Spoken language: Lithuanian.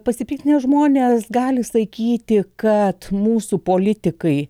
pasipiktinę žmonės gali sakyti kad mūsų politikai